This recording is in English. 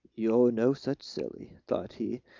you're no such silly! thought he,